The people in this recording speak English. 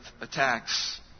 attacks